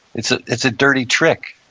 it's ah it's a dirty trick.